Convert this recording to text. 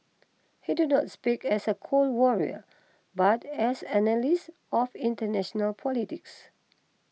he did not speak as a Cold Warrior but as an analyst of international politics